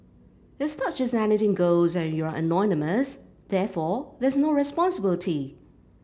it's not just anything goes and you're anonymous therefore there's no responsibility